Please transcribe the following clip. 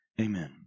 Amen